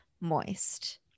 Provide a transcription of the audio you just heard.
moist